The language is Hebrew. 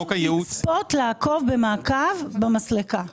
לצפות ולעקוב במסלקה.